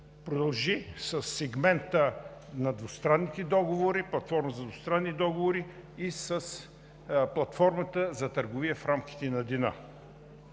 продължи със сегмента на двустранните договори, с платформа за двустранни договори и с платформата за търговия в рамките на деня.